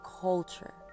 culture